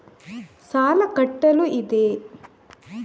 ಸಾಲ ಕಟ್ಟಲು ಇದೆ